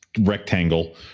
rectangle